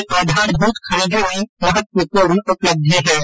ये आधारभूत खनिजों में महत्वपूर्ण उपलब्धी है